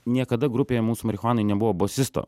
niekada grupėje mūsų marichuanoj nebuvo bosisto